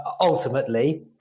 ultimately